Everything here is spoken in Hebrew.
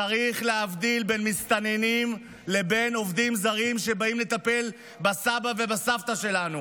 צריך להבדיל בין מסתננים לבין עובדים זרים שבאים לטפל בסבא ובסבתא שלנו.